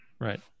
Right